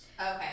Okay